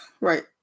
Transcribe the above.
Right